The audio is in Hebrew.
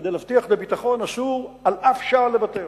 כדי להבטיח את הביטחון אסור על אף שעל לוותר.